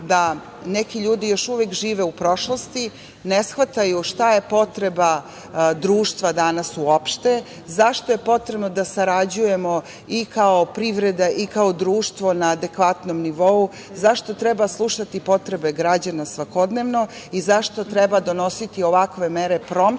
da neki ljudi još uvek žive u prošlosti, ne shvataju šta je potreba društva danas uopšte, zašto je potrebno da sarađujemo i kao privreda i kao društvo na adekvatnom nivou, zašto treba slušati potrebe građana svakodnevno i zašto treba donositi ovakve mere promptno,